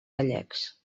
gallecs